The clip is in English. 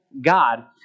God